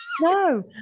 No